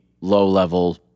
low-level